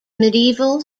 medieval